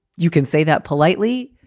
you can say that politely.